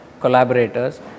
collaborators